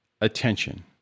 attention